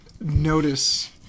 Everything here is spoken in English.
notice